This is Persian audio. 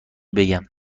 بگم